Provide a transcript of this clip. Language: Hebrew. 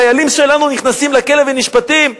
חיילים שלנו נכנסים לכלא ונשפטים,